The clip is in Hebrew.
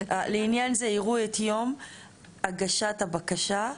לעניין זה יראו את יום הגשת הבקשה.